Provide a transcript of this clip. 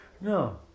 No